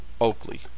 Oakley